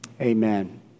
Amen